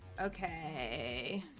Okay